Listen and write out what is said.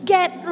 Get